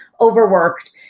overworked